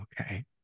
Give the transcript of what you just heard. Okay